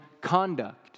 conduct